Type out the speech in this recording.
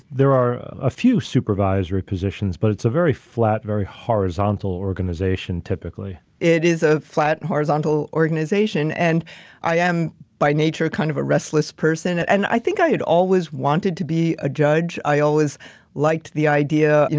there are a few supervisory positions, but it's a very flat very horizontal organization, typically. it is a flat horizontal organization. and i am by nature, kind of a restless person, and and i think i had always wanted to be a judge. i always liked the idea, you